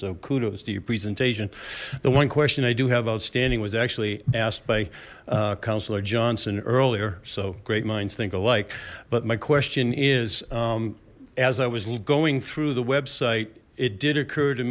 so kudos to your presentation the one question i do have outstanding was actually asked by councillor johnson earlier so great minds think alike but my question is as i was going through the website it did occur to